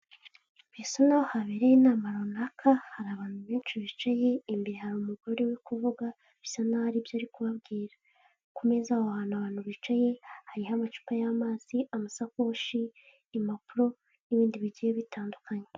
Bisa naho habereye inama runaka, hari abantu benshi bicaye, imbere hari umugore uri kuvuga, bisa naho hari ibyo ari kubabwira. Ku meza aho hantu abantu bicaye, hariho amacupa y'amazi amasakoshi, impapuro n'ibindi bigiye bitandukanye.